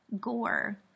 gore